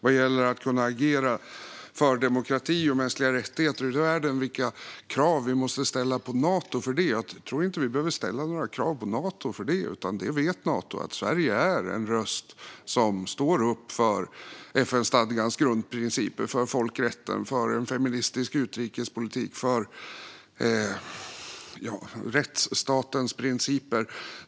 Vad gäller att kunna agera för demokrati och mänskliga rättigheter i världen och vilka krav vi måste ställa på Nato tror jag inte att vi behöver ställa några krav på Nato för det. Nato vet att Sverige är en röst som står upp för FN-stadgans grundprinciper för folkrätten, för en feministisk utrikespolitik och för rättsstatens principer.